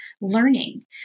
learning